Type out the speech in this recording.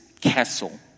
castle